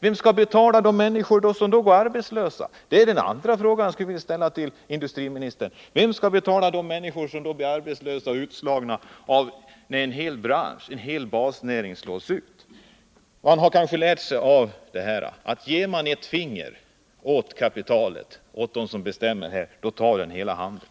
Den andra frågan som jag skulle vilja ställa till industriministern är: Vem skall betala de människor som kommer att bli arbetslösa när en hel bransch, en hel basnäring, slås ut? Man har kanske lärt sig av det här att ger man ett finger åt kapitalet, åt dem som bestämmer, så tar det hela handen.